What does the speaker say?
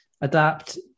adapt